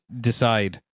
decide